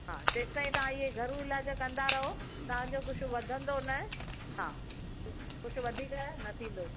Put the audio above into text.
हा तेसि ताईं तव्हां इहे घरू इलाजु कंदा रहो तव्हांजो कुझु वधंदो न हा कुझु वधीक न थींदो